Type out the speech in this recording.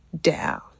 down